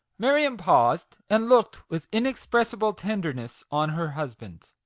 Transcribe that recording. marion paused, and looked with inexpress ible tenderness on her husband.